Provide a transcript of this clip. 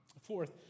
Fourth